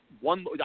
one